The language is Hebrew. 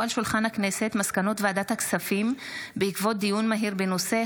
מסקנות ועדת הכספים בעקבות דיון מהיר בהצעתם